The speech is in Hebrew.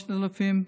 3,000,